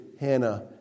Hannah